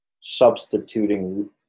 substituting